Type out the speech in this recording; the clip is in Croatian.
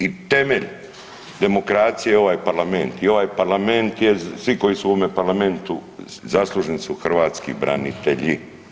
I temelj demokracije je ovaj parlament i ovaj parlament je, svi koji su u ovome parlamentu zaslužni su hrvatski branitelji.